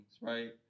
right